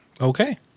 Okay